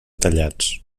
tallats